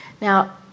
Now